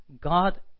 God